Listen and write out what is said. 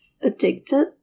addicted